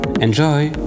Enjoy